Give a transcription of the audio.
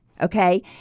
okay